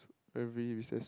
every recess